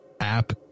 app